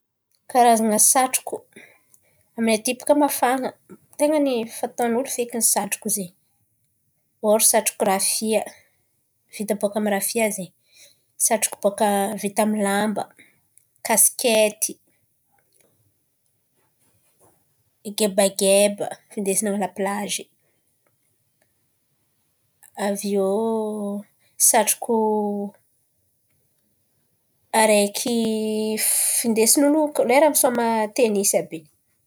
Karazan̈a satroko! Aminay aty bôkà mafana ten̈a ny fataon'olo feky satroko zen̈y: ao ry satroko rafia vita bôkà amin'ny rafia zen̈y, satroko bakà vita amin'ny lamba, kaskety. Gebageba findesina amin'ny laplazy, avy eo satroko, araiky findesin'olo lera misôma tenisy àby in̈y.